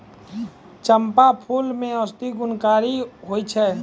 चंपा फूल मे औषधि गुणकारी होय छै